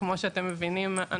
וכמו שאתם מבינים,